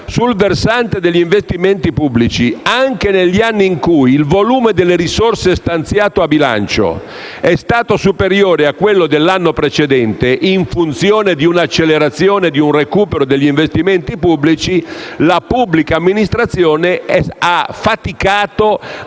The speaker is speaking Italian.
Sul versante degli investimenti pubblici, invece, anche negli anni in cui il volume delle risorse stanziate a bilancio è stato superiore a quello dell'anno precedente, in funzione di una accelerazione e di un recupero degli investimenti pubblici, la pubblica amministrazione ha faticato a